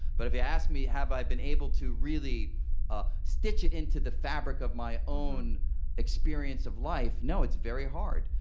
but if you ask me, have i been able to really ah stitch it into the fabric of my own experience of life? no. it's very hard.